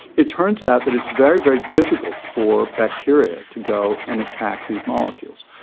it turns out that it's very, very difficult for bacteria to go and attack these molecules.